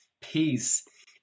peace